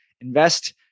invest